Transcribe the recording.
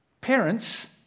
Parents